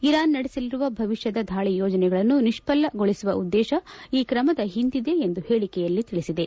Iran ನಡೆಸಲಿರುವ ಭವಿಷ್ಠದ ದಾಳಿ ಯೋಜನೆಗಳನ್ನು ನಿಷ್ವಲಗೊಳಿಸುವ ಉದ್ದೇಶ ಈ ಕ್ರಮದ ಹಿಂದಿದೆ ಎಂದು ಹೇಳಿಕೆಯಲ್ಲಿ ತಿಳಿಸಿದೆ